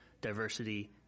diversity